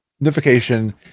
notification